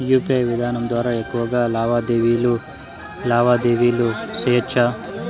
UPI విధానం ద్వారా ఎక్కువగా లావాదేవీలు లావాదేవీలు సేయొచ్చా?